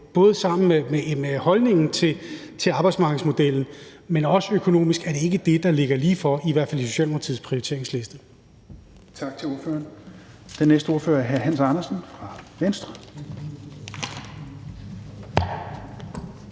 og sammen med holdningen til arbejdsmarkedsmodellen, men også økonomisk, ikke er det, der ligger lige for, i hvert fald i Socialdemokratiets prioriteringsliste.